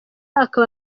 akaba